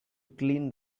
clean